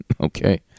Okay